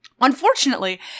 Unfortunately